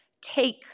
take